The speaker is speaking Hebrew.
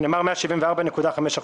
נאמר "174.5%".